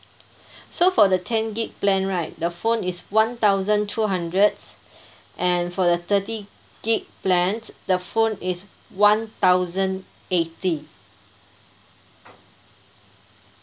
so for the ten gig plan right the phone is one thousand two hundred and for the thirty gig plan the phone is one thousand eighty